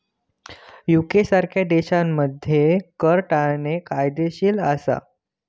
UK सारख्या देशांमध्ये कर टाळणे कायदेशीर असा